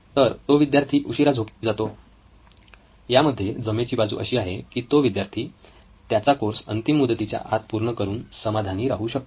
तर तो विद्यार्थी उशिरा झोपी जातो यामध्ये जमेची बाजू अशी की तो विद्यार्थी त्याचा कोर्स अंतिम मुदतीच्या आत पूर्ण करून समाधानी राहू शकतो